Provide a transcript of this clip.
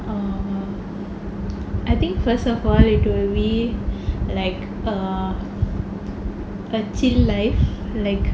err I think first of all we could live like err a chill life like